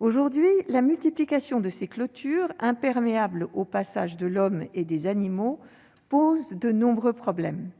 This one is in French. Aujourd'hui, la multiplication de ces clôtures, imperméables au passage de l'homme et des animaux, pose de nombreux problèmes.